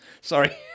Sorry